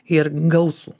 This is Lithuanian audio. ir gausų